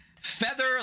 Feather